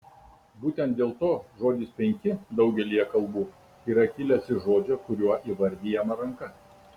būtent dėl to žodis penki daugelyje kalbų yra kilęs iš žodžio kuriuo įvardijama ranka